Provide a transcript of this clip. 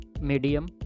medium